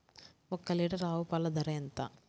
ఒక్క లీటర్ ఆవు పాల ధర ఎంత?